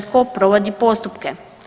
Tko provodi postupke?